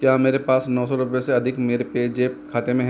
क्या मेरे पास नौ सौ रुपये से अधिक मेरे पेजेप खाते में है